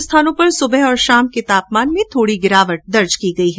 अधिकांश स्थानों पर सुबह और शाम के तापमान में थोडी गिरावट दर्ज की गई है